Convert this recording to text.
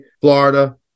Florida